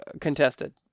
contested